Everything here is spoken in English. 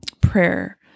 prayer